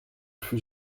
fut